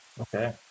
Okay